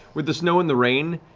with the snow and the rain,